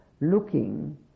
looking